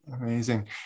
Amazing